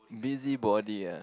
busybody ah